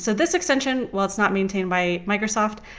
so this extension, while it's not maintained by microsoft,